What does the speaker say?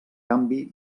canvi